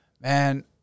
man